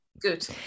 Good